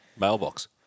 Mailbox